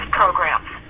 programs